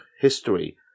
history